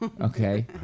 Okay